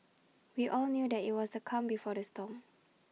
we all knew that IT was the calm before the storm